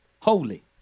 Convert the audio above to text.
holy